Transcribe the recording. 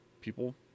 people